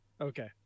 Okay